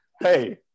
Hey